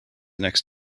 next